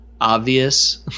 obvious